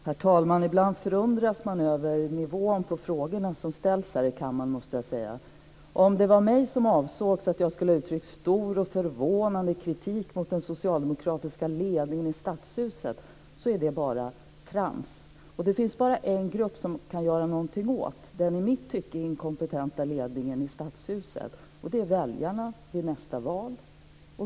Herr talman! Ibland förundras man över nivån på de frågor som ställs här i kammaren, det måste jag säga. Om det var jag som avsågs, att jag skulle ha uttryckt stor och förvånande kritik mot den socialdemokratiska ledningen i Stadshuset, är det bara trams. Och det finns bara en grupp som kan göra något åt den i mitt tycke inkompetenta ledningen i Stadshuset. Det är väljarna vid nästa val.